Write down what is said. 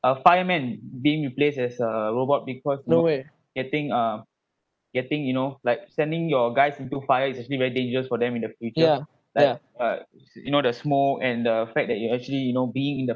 a fireman being replaced as a robot because of getting uh getting you know like sending your guys into fire is actually very dangerous for them in the future like uh s~ you know the smoke and the fact that you actually you know being in the